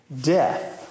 death